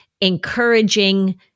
encouraging